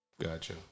Gotcha